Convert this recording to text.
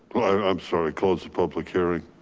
i'm sorry, close the public hearing.